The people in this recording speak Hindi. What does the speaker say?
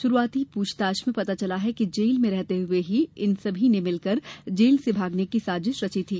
शुरुआती पूछताछ में पता चला है कि जेल में रहते हुए ही इन सभी ने मिलकर जेल से भागने की साजिश रची थी